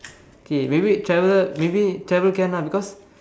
okay maybe travel maybe travel can ah because